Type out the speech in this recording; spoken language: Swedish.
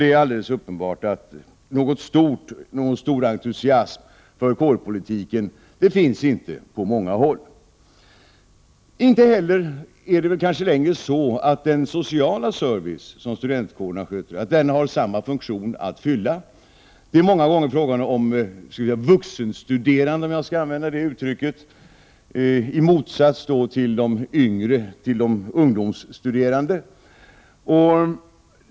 Det är alldeles uppbart att det på många håll inte finns någon stor entusiasm för kårpolitiken. Kanske har inte heller den sociala service som studentkårerna tillhandahåller längre samma funktion att fylla som tidigare. Många gånger står vuxenstuderandes önskemål mot de ungdomsstuderandes.